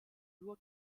nur